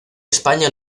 españa